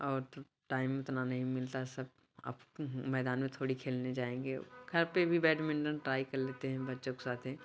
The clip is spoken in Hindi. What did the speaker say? और टाइम उतना नहीं मिलता सब अब तो मैदान में थोड़ी खेलने जाएँगे घर पे भी बैडमिंटन ट्राई कर लेते हैं बच्चों को साथ